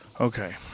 Okay